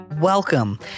Welcome